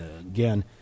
Again